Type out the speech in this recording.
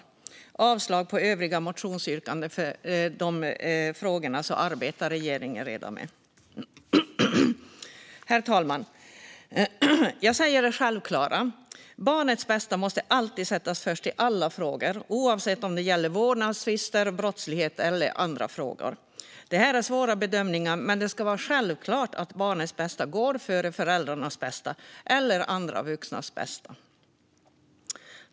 Utskottet föreslår att riksdagen avslår övriga motionsyrkanden då regeringen redan arbetar med de frågorna. Herr talman! Jag säger det självklara: Barnets bästa måste alltid sättas först, i alla frågor - oavsett om det gäller vårdnadstvister, brottslighet eller andra frågor. Det här är svåra bedömningar, men det ska vara självklart att barnets bästa går före föräldrarnas bästa eller andra vuxnas bästa.